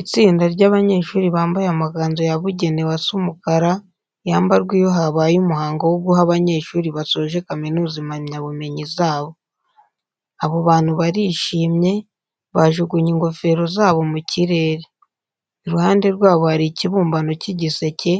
Itsinda ry'abanyeshuri bambaye amakanzu yabugenewe asa umukara yambarwa iyo habaye umuhango wo guha abanyeshuri basoje kaminuza impamyabumenyi zabo. Abo bantu barishimye, bajugunye ingofero zabo mu kirere. Iruhande rwabo hari ikibumbano cy'igiseke